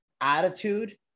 attitude